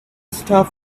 stop